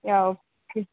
yeah okay